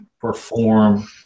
perform